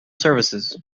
services